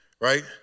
right